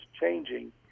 changing